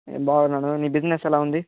నేను బాగున్నాను నీ బిజినెస్ ఎలా ఉంది